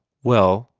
well,